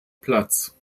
platz